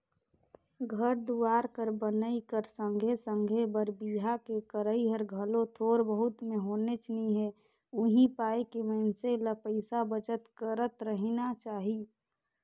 घर दुवार कर बनई कर संघे संघे बर बिहा के करई हर घलो थोर बहुत में होनेच नी हे उहीं पाय के मइनसे ल पइसा बचत करत रहिना चाही